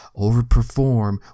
overperform